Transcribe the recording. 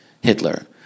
Hitler